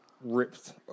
ripped